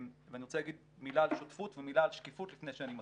אני רוצה להגיד מילה על שותפות ומילה על שקיפות לפני שאני מתחיל.